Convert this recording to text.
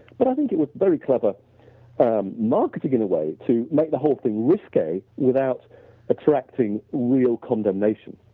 but i think it was very clever um marketing in a way to make the whole thing risque without attracting real condemnation